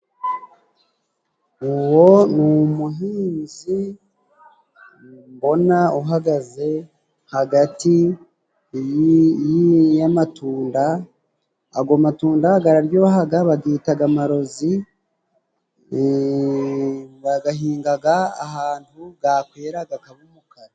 Uwo ni umuhinzi mbona uhagaze hagati y'amatundanda. Ago matunda gararyohaga bagita amarozi, bagahingaga ahantu gakwera gakaba umukara.